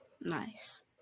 Nice